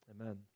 amen